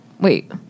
wait